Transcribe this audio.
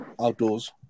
outdoors